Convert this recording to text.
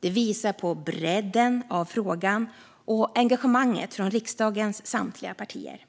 Det visar på bredden av frågan och engagemanget från riksdagens samtliga partier.